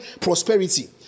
prosperity